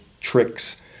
tricks